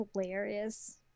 hilarious